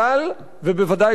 ובוודאי לא דמוקרט.